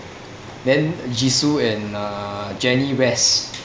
then jisoo and uh jennie rest